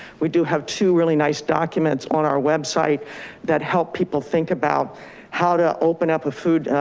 we do have two really nice documents on our website that help people think about how to open up the food,